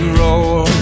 roll